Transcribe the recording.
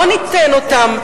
לא ניתן אותן,